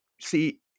see